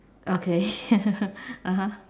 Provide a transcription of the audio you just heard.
okay (uh huh)